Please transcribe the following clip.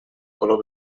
color